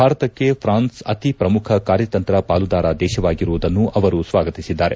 ಭಾರತಕ್ಕೆ ಪ್ರಾನ್ಸ್ ಅತಿ ಪ್ರಮುಖ ಕಾರ್ಯತಂತ್ರ ಪಾಲುದಾರ ದೇಶವಾಗಿರುವುದನ್ನು ಅವರು ಸ್ವಾಗತಿಸಿದ್ದಾರೆ